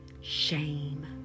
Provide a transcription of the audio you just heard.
shame